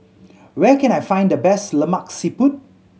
where can I find the best Lemak Siput